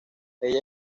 ella